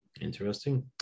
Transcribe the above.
Interesting